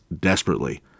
desperately